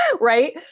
Right